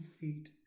feet